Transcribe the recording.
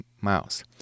mouse